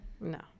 No